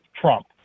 trump